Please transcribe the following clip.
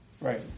Right